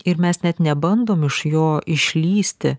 ir mes net nebandom iš jo išlįsti